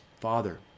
Father